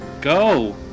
Go